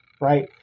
right